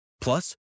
plus